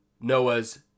Noah's